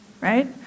right